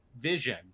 vision